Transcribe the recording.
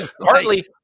partly